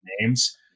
names